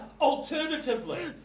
Alternatively